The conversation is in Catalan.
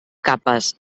capes